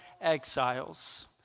exiles